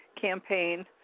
campaign